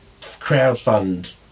crowdfund